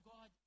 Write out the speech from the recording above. God